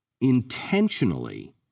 intentionally